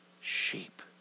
sheep